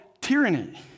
tyranny